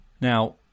Now